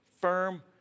firm